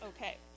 Okay